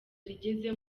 rigeze